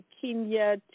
Kenya